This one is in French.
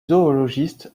zoologiste